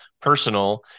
personal